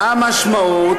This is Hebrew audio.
מה המשמעות?